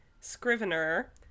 scrivener